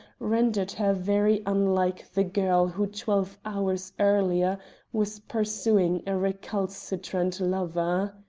rendered her very unlike the girl who twelve hours earlier was pursuing a recalcitrant lover.